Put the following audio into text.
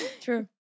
True